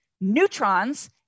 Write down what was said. neutrons